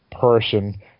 person